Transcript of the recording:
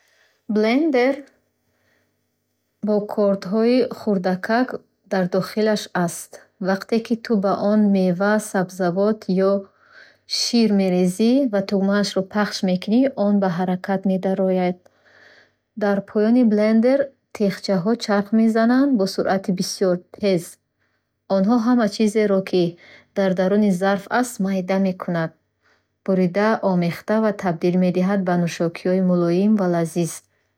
Блендер бо кордҳои хурдакак дар дохилаш аст. Вақте ки ту ба он мева, сабзавот, об ё шир мерезӣ ва тугмаашро пахш мекунӣ, он ба ҳаракат медарояд. Дар поёни блендер теғчаҳо чарх мезананд. Бо суръати бисёр тез. Онҳо ҳама чизеро, ки дар даруни зарф аст, майда мекунанд: бурида, омехта ва табдил медиҳанд ба нӯшокии мулоим ва лазиз.